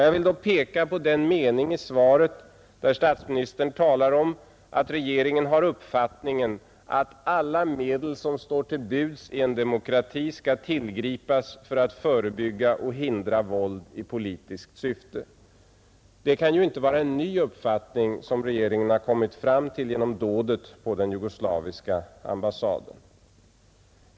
Jag vill peka på den mening i svaret där statsministern talar om att regeringen har uppfattningen att alla medel som står till buds i en demokrati skall tillgripas för att förebygga och hindra våld i politiskt syfte. Det kan ju inte vara en ny uppfattning som regeringen har kommit till genom dådet på den jugoslaviska ambassaden.